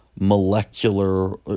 molecular